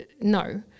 no